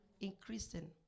Increasing